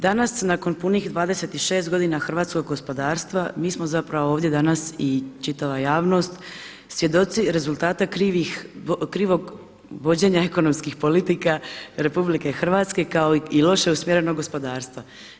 Danas nakon punih 26 godina hrvatskog gospodarstva mi smo zapravo ovdje danas i čitava javnost svjedoci rezultata krivog vođenja ekonomskih politika Republike Hrvatske kao i loše usmjerenog gospodarstva.